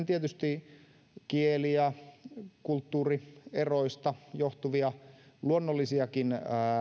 tietysti ihan kieli ja kulttuurieroista johtuvia luonnollisiakin